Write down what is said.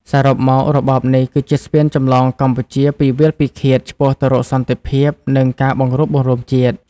សរុបមក របបនេះគឺជាស្ពានចម្លងកម្ពុជាពីវាលពិឃាត ឆ្ពោះទៅរកសន្តិភាព និងការបង្រួបបង្រួមជាតិ។